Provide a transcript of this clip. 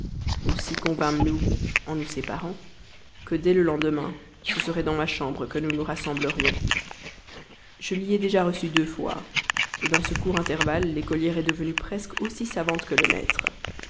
aussi convînmes nous en nous séparant que dès le lendemain ce serait dans ma chambre que nous nous rassemblerions je l'y ai déjà reçue deux fois dans ce court intervalle l'écolière est devenue presque aussi savante que le maître